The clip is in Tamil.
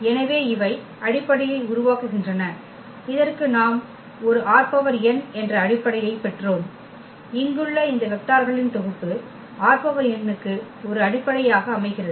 எனவே இவை அடிப்படையை உருவாக்குகின்றன இதற்கு நாம் ஒரு ℝn என்ற அடிப்படையைப் பெற்றோம் இங்குள்ள இந்த வெக்டார்களின் தொகுப்பு ℝn க்கு ஒரு அடிப்படையாக அமைகிறது